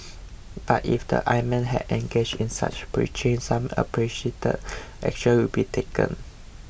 but if the imam had engaged in such preaching some appreciate action will be taken